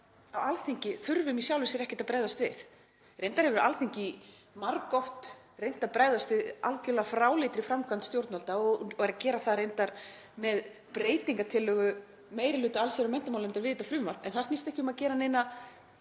þurfum í sjálfu sér ekkert að bregðast við. Reyndar hefur Alþingi margoft reynt að bregðast við algjörlega fráleitri framkvæmd stjórnvalda og er að gera það reyndar með breytingartillögu meiri hluta allsherjar- og menntamálanefndar við þetta frumvarp en það snýst ekki um að gera neina